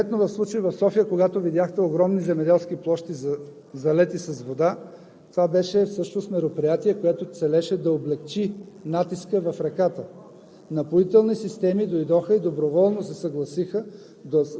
Невинаги обаче тези речни корита са оразмерени. Конкретно в случая в София, когато видяхте огромни земеделски площи, залети с вода, това всъщност беше мероприятие, което целеше да облекчи натиска в реката.